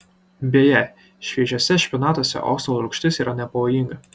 beje šviežiuose špinatuose oksalo rūgštis yra nepavojinga